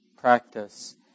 practice